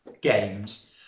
games